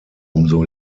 umso